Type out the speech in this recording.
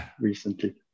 recently